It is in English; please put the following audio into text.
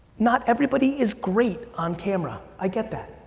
not everybody is great on camera, i get that.